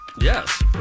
Yes